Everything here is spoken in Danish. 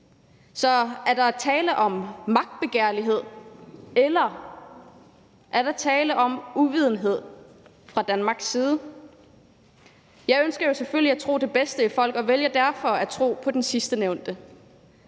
Så er der tale om magtbegærlighed, eller er der tale om uvidenhed fra Danmarks side? Jeg ønsker jo selvfølgelig at tro bedste om folk og vælger derfor at tro på det sidstnævnte.